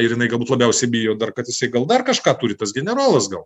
ir jinai galbūt labiausiai bijo dar kad jisai gal dar kažką turi tas generolas gal